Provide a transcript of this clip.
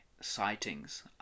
sightings